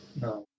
No